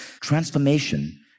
Transformation